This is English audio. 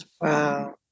Wow